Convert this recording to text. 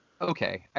okay